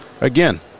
again